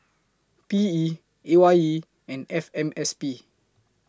P E A Y E and F M S P